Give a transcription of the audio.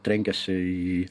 trenkėsi į